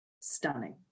stunning